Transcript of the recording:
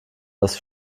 das